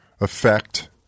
effect